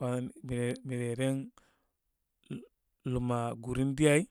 wan mire mire ren luma gurindi ay.